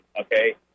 okay